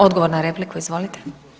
Odgovor na repliku izvolite.